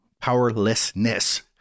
powerlessness